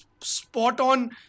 spot-on